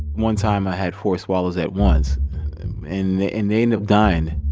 one time, i had four swallows at once and they end end up dying.